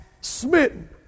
smitten